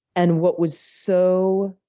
and what was so